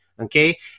Okay